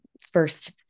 first